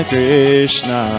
Krishna